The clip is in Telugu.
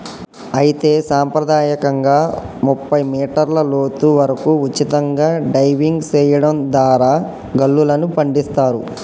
అయితే సంప్రదాయకంగా ముప్పై మీటర్ల లోతు వరకు ఉచితంగా డైవింగ్ సెయడం దారా గుల్లలను పండిస్తారు